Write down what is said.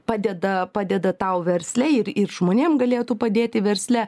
padeda padeda tau versle ir ir žmonėm galėtų padėti versle